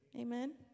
Amen